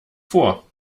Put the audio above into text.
vor